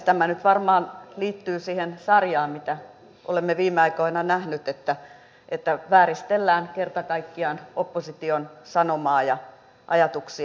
tämä nyt varmaan liittyy siihen sarjaan mitä olemme viime aikoina nähneet että vääristellään kerta kaikkiaan opposition sanomaa ja ajatuksia